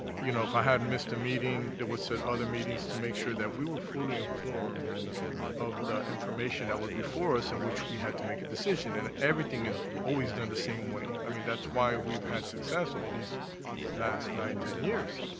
you know, if i had and missed a meeting, i would set other meetings to make sure that we were fully informed of the information that was before us in which we had to make a decision, and everything is always done the same way. i mean, that's why we've had success all these last nine, ten years